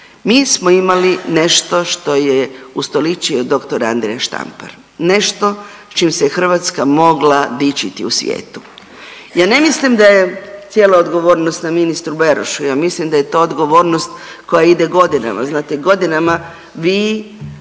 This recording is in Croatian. Mi smo imali nešto što je ustoličio dr. Andrija Štampar, nešto s čim se Hrvatska mogla dičiti u svijetu. Ja ne mislim da je cijela odgovornost na ministru Berošu, ja mislim da je to odgovornost koja ide godinama, znate godinama vi